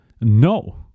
No